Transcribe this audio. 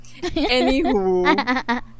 Anywho